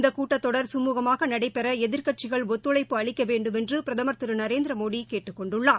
இந்த கூட்டத்தொடர் குழுகமாக நடைபெற எதிர்கட்சிகள் ஒத்துழைப்பு அளிக்க வேண்டுமென்று பிரதம் திரு நரேந்திரமோடி கேட்டுக்கொண்டுள்ளார்